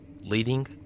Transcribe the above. leading